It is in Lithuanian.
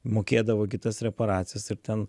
mokėdavo kitas reparacijas ir ten